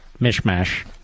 mishmash